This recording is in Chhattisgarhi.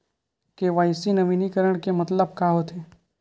के.वाई.सी नवीनीकरण के मतलब का होथे?